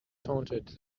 taunted